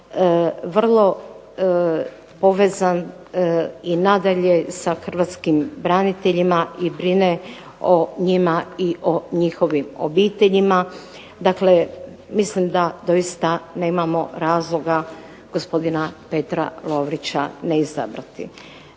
vrlo povezan i nadalje sa hrvatskim braniteljima i brine o njima i o njihovim obiteljima, dakle mislim da doista nemamo razloga gospodina Petra Lovrića ne izabrati.